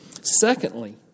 Secondly